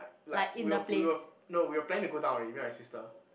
like like we were we were no we were planning to go down already meet my sister